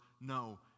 No